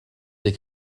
des